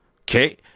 Okay